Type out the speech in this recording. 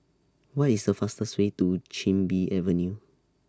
What IS The fastest Way to Chin Bee Avenue